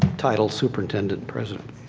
title superintendent president.